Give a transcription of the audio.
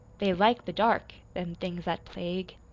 they like the dark, them things that plague,